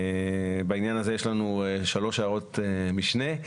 בעניין הזה יש לנו שלוש הערות משנה.